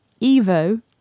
Evo